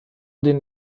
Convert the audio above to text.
den